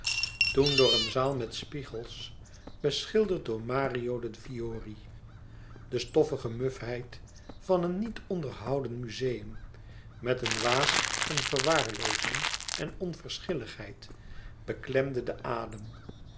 toen door een zaal met spiegels beschilderd door mario de'fiori de stoffige mufheid van een niet onderhouden muzeum met een waas van verwaarloozing en onverschilligheid beklemde den adem